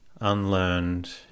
Unlearned